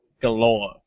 galore